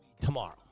tomorrow